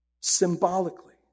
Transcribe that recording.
symbolically